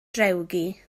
drewgi